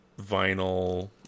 vinyl